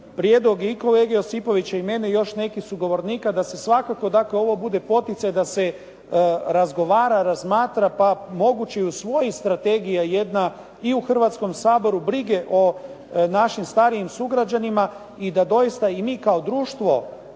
prijedlog je i kolege Josipovića i mene, i još nekih sugovornika da se svakako dakle ovo bude poticaj da se razgovara, razmatra pa moguće i usvoji strategija jedna i u Hrvatskom saboru brige o našim starijim sugrađanima i da doista i mi kao društvo